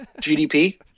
GDP